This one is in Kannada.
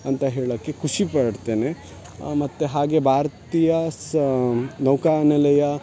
ಅಂತ ಹೇಳಕ್ಕೆ ಖುಷಿಪಡ್ತೇನೆ ಮತ್ತು ಹಾಗೆ ಭಾರತೀಯ ಸ ನೌಕಾನೆಲೆಯ